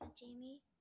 jamie